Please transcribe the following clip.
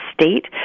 state